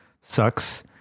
Sucks